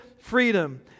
freedom